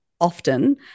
often